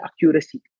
accuracy